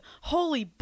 holy